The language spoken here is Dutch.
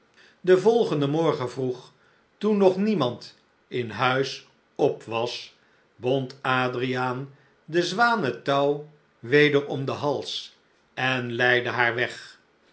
den volgenden morgen vroeg toen nog niemand in huis op was bond adriaan de zwaan het touw weder om den hals en leidde haar weg